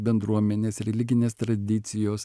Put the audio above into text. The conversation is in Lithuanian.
bendruomenės religinės tradicijos